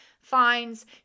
Fines